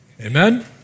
Amen